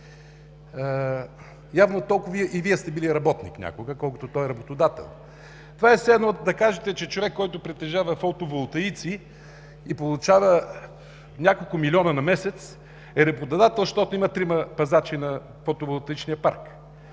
Явно толкова и Вие сте били работник някога, колкото той е работодател. Това е все едно да кажете, че човек, който притежава фотоволтаици и получава няколко милиона на месец, е работодател, защото има трима пазачи на фотоволтаичния парк.